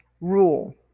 rule